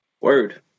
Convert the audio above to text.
word